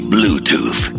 Bluetooth